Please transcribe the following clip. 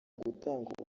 ugutanga